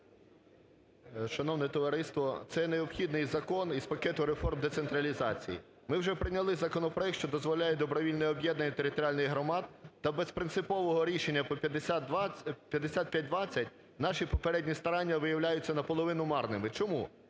Шановне товариство, це необхідний закон із пакету реформ децентралізації. Ми вже прийняли законопроект, що дозволяє добровільне об'єднання територіальних громад та без принципового рішення по 5520 наші попередні старання виявляються наполовину марними. Чому?